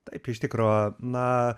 taip iš tikro na